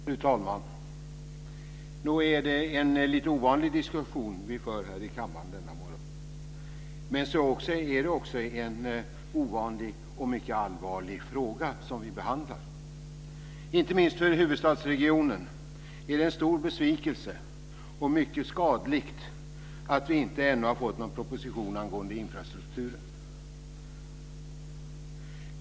Fru talman! Nog är det en lite ovanlig diskussion som vi för här i kammaren denna morgon, men så är det också en ovanlig och mycket allvarlig fråga som vi behandlar. Inte minst för huvudstadsregionen är det en stor besvikelse och mycket skadligt att vi inte ännu har fått någon proposition angående infrastrukturen.